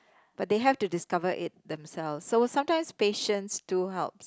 but they have to discover it themselves so sometimes patience do helps